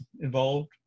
involved